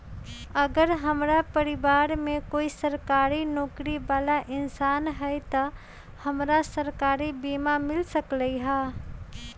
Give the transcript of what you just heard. अगर हमरा परिवार में कोई सरकारी नौकरी बाला इंसान हई त हमरा सरकारी बीमा मिल सकलई ह?